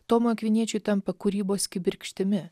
tomo akviniečio tampa kūrybos kibirkštimi